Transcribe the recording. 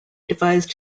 devised